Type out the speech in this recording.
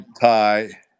tie